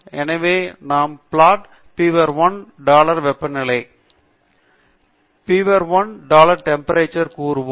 எனவே நாம் பிளாட் பீவர்1 டாலர் வெப்ப நிலை கூறுவோம்